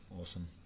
Awesome